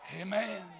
Amen